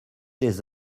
des